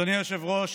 אדוני היושב-ראש,